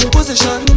Position